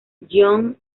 john